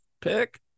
pick